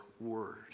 word